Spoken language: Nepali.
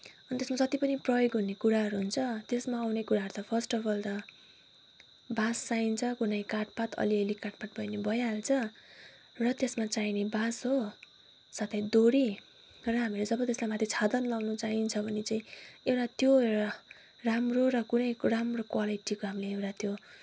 अनि त्यसमा जति पनि प्रयोग हुने कुराहरू हुन्छ त्यसमा आउने कुराहरू त फर्स्ट अफ अल त बाँस चाहिन्छ कुनै काठ पात अलिअलि काठ पात भए पनि भइहाल्छ र त्यसमा चाहिने बाँस हो साथै डोरी र हामीले जब त्यसलाई माथि छादन लगाउन चाहिन्छ भने चाहिँ एउटा त्यो एउटा राम्रो र कुनै राम्रो क्वालिटीको हामीले एउटा त्यो